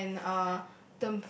and uh